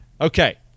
Okay